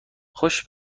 خوش